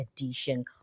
edition